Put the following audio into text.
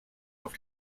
auf